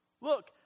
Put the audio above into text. Look